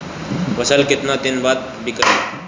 फसल केतना दिन बाद विकाई?